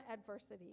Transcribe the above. adversity